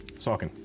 saucon.